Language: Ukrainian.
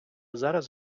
зараз